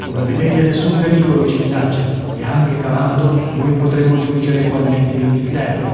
come vedete nessun pericolo ci minaccia e anche calando noi potremo giungere egualmente in inghilterra